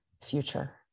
future